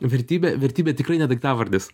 vertybė vertybė tikrai ne daiktavardis